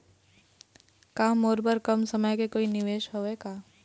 का मोर बर कम समय के कोई निवेश हावे का?